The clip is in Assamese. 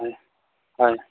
হয় হয়